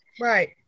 Right